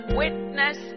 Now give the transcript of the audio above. witness